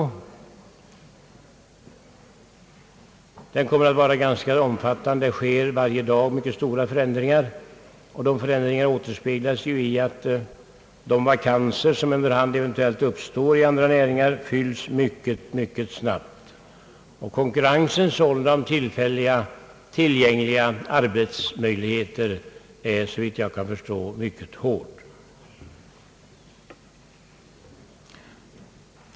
Nedläggningen kommer att vara ganska omfattande, och det sker varje dag stora förändringar som återspeglas i att de vakanser som under hand eventuellt uppstår i andra näringar fylls mycket snabbt. Konkurrensen om tillgängliga arbetsmöjligheter är, såvitt jag kan förstå, mycket hård.